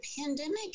pandemic